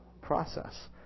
process